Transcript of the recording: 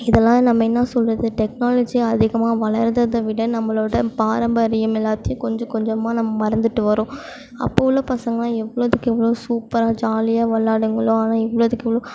இதெல்லாம் நம்ம என்ன சொல்வது டெக்னாலஜி அதிகமாக வளருதுத விட நம்மளோட பாரம்பரியம் எல்லாத்தையும் கொஞ்சம் கொஞ்சமாக நம்ம மறந்துட்டு வரோம் அப்போது உள்ள பசங்கள்லாம் எவ்வளோதுக்கு எவ்வளோ சூப்பராக ஜாலியாக வெளாடுங்களோ ஆனால் இவ்வளோதுக்கு இவ்வளோ